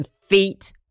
feet